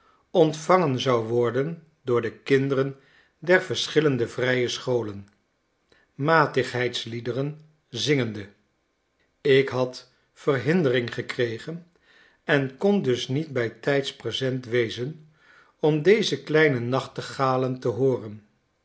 ontvangen zou worden door de kinderen der verschillende vrije scholen matigheidsliederen zingende ik had verhindering gekregen en kon dus niet bijtijds present wezen om deze kleine nachtegalen te hooren